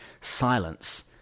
silence